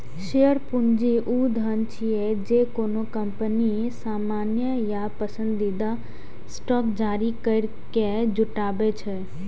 share पूंजी ऊ धन छियै, जे कोनो कंपनी सामान्य या पसंदीदा स्टॉक जारी करैके जुटबै छै